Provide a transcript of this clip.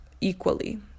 equally